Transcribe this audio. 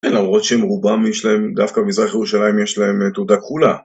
למרות שהם רובם יש להם, דווקא במזרח ירושלים יש להם תעודה כחולה